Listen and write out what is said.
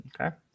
Okay